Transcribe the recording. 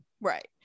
Right